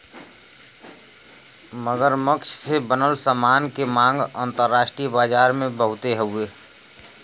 मगरमच्छ से बनल सामान के मांग अंतरराष्ट्रीय बाजार में बहुते हउवे